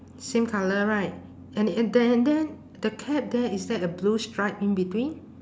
same colour right and and then and then the cap there is that a blue stripe in between